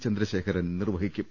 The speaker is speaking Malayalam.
ചന്ദ്രശേഖരൻ നിർവഹി ക്കും